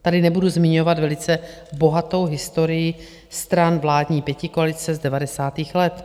Tady nebudu zmiňovat velice bohatou historii stran vládní pětikoalice z devadesátých let.